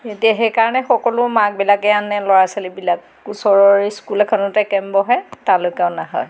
এতিয়া সেইকাৰণে সকলো মাকবিলাকে আনে ল'ৰা ছোৱালীবিলাক ওচৰৰে স্কুল এখনতে কেম্প বহে তালৈকে অনা হয়